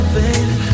baby